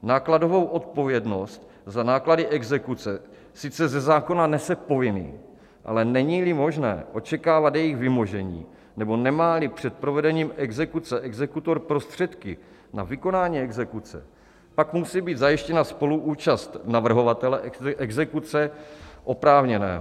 Nákladovou odpovědnost za náklady exekuce sice ze zákona nese povinný, ale neníli možné očekávat jejich vymožení nebo nemáli před provedením exekuce exekutor prostředky na vykonání exekuce, pak musí být zajištěna spoluúčast navrhovatele exekuce oprávněného.